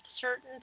certain